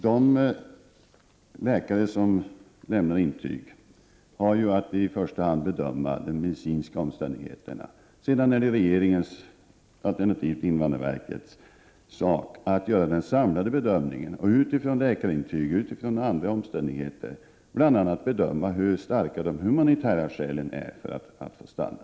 De läkare som skriver intyg har ju i första hand att bedöma de medicinska omständigheterna. Därefter är det regeringens alternativt invandrarverkets uppgift att göra den samlade bedömningen och utifrån läkarintyg och andra omständigheter bedöma bl.a. hur starka de humanitära skälen är för att familjen skall få stanna.